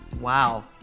Wow